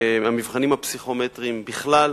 המבחנים הפסיכומטריים בכלל.